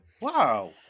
Wow